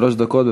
שלוש דקות.